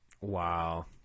Wow